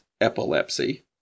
epilepsy